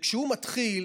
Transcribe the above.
וכשהוא מתחיל